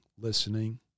listening